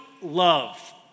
love